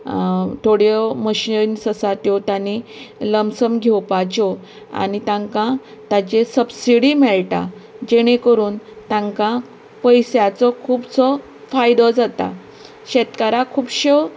थोड्यो मशीनस आसा त्यो तांणी लम्सन घेवपाच्यो आनी तांका तांचेर सप्सिडी मेळटा जेणे करून तांका पयशांचो खुबसो फायदो जाता शेतकारांक खूब